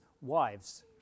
wives